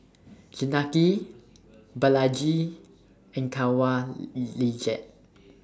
Janaki Balaji and Kanwaljit